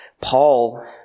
Paul